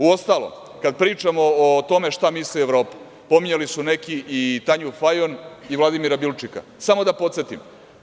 Uostalom, kada pričamo o tome šta misle Evropa, pominjali su neki i Tanju Fajon i Vladimira Bilčika, samo da podsetim.